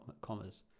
commas